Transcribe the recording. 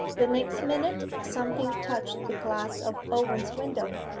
the next minute something touched the glass of owen's window.